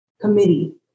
committee